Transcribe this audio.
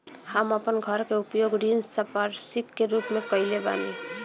हम अपन घर के उपयोग ऋण संपार्श्विक के रूप में कईले बानी